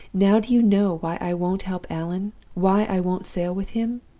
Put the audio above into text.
now do you know why i won't help allan? why i won't sail with him?